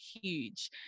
huge